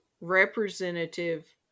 representative